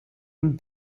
een